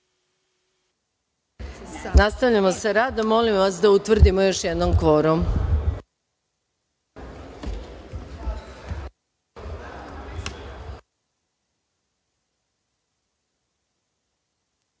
pauze.)Nastavljamo sa radom. Molim vas da utvrdimo još jednom kvorum.